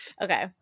Okay